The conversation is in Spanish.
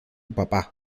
papá